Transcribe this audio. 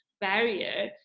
barrier